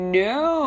no